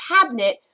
cabinet